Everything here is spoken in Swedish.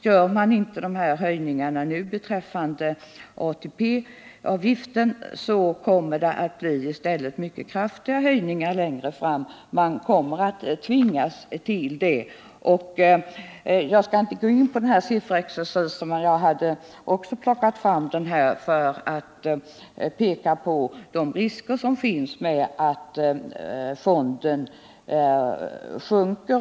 Gör man inte de här höjningarna nu beträffande ATP-avgiften kommer det i stället att bli mycket kraftiga höjningar längre fram. Man kommer att tvingas till det. Jag skall inte gå in på någon sifferexercis. Jag hade också plockat fram siffror för att med hjälp av dem peka på de risker som finns med att fonden minskar.